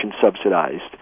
subsidized